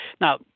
now